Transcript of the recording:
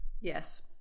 Yes